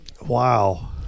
Wow